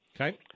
Okay